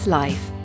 life